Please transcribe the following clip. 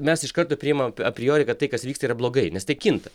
mes iš karto priimam a priori kad tai kas vyksta yra blogai nes tai kinta